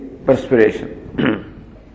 Perspiration